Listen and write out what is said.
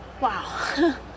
Wow